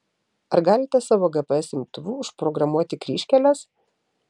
ar galite savo gps imtuvu užprogramuoti kryžkeles